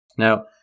Now